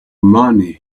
money